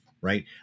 right